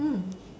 mm